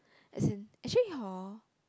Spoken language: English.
as in actually hor